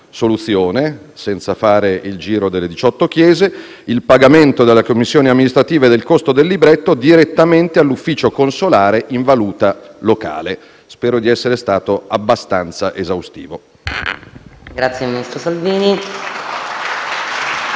soluzione, senza fare il giro delle diciotto chiese, il pagamento della commissione amministrativa e del costo del libretto direttamente all'ufficio consolare in valuta locale. Spero di essere stato abbastanza esaustivo. *(Applausi dai